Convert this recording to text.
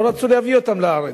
לא רצו להביא אותם לארץ.